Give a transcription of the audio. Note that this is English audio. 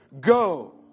go